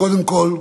קודם כול,